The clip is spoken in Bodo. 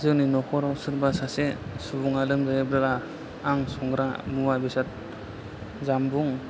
जोंनि न'खराव सोरबा सासे सुबुङा लोमजायोब्ला आं संग्रा मुवा बेसाद जामुं